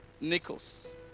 Nichols